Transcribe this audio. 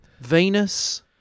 Venus